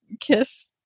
kiss